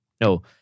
No